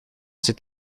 s’est